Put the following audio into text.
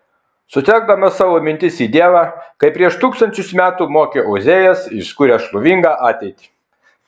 sutelkdamas savo mintis į dievą kaip prieš tūkstančius metų mokė ozėjas jis kuria šlovingą ateitį